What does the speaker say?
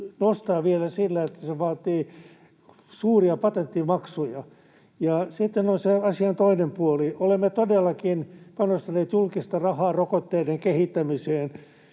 nostaa vielä sillä, että se vaatii suuria patenttimaksuja. Ja sitten on se asian toinen puoli. Olemme todellakin panostaneet julkista rahaa rokotteiden kehittämiseen,